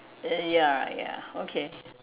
err ya ya okay